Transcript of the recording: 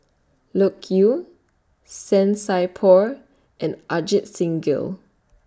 Loke Yew San Sai Por and Ajit Singh Gill